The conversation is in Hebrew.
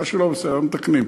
מה שלא בסדר מתקנים.